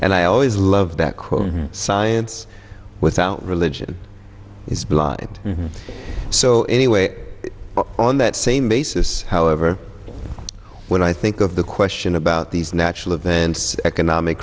and i always love that quote science without religion is blind so anyway on that same basis however when i think of the question about these natural events economic